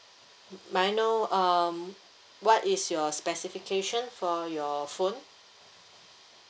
may I know um what is your specification from your phone